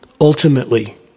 Ultimately